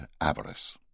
avarice